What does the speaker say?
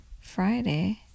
Friday